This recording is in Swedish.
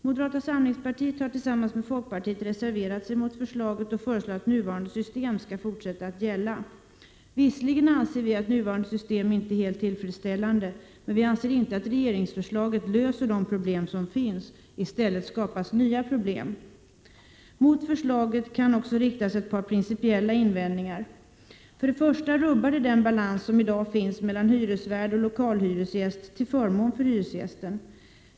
Moderata samlingspartiet har tillsammans med folkpartiet reserverat sig mot förslaget och föreslår att nuvarande system skall fortsätta att gälla. Visserligen anser vi att nuvarande system inte är helt tillfredsställande, men Prot. 1987/88:130 vianserinte att regeringsförslaget löser de problem som finns. I stället skapas nya problem. Mot förslaget kan också riktas ett par principiella invändningar. För det första rubbas den balans som i dag finns mellan hyresvärd och lokalhyresgäst till förmån för hyresgästen.